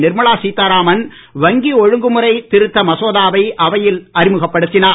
நிர்மலா சீத்தாராமன் வங்கி ஒழுங்குமுறை திருத்த மசோதாவை அவையில் அறிமுகப்படுத்தினார்